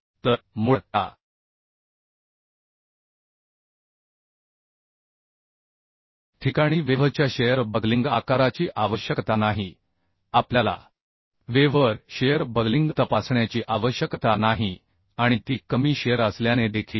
तर मुळात या ठिकाणी वेव्हच्या शिअर बकलिंग आकाराची आवश्यकता नाही आपल्याला वेव्हवर शिअर बकलिंग तपासण्याची आवश्यकता नाही आणि ती कमी शिअर असल्याने देखील